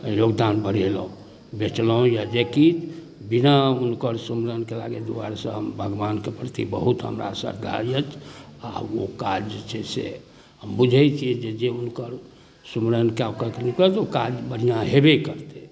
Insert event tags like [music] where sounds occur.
योगदान बढ़ेलहुँ बेचलहुँ या जे किछु बिना हुनकर सुमिरन केलाके दुआरेसँ हम भगवानके प्रति बहुत हमरा श्रद्धा अछि आओर ओ काज जे छै से हम बुझै छिए जे जे हुनकर सुमिरन कऽ कऽ [unintelligible] ओ काज बढ़िआँ हेबे करतै